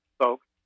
folks